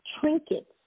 trinkets